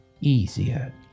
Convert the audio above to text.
easier